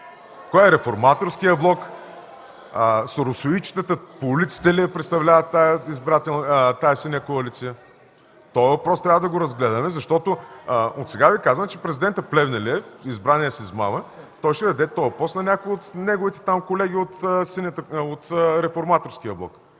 Кой? Реформаторският блок, соросоидчетата по улиците ли я представляват тази Синя коалиция? Този въпрос трябва да го разгледаме, защото отсега Ви казвам, че Президентът Плевнелиев, избраният с измама, ще даде поста на някой от неговите колеги от Реформаторския блок.